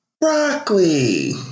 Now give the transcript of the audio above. Broccoli